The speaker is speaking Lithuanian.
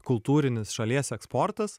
kultūrinis šalies eksportas